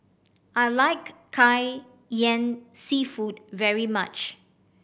I like kai yan seafood very much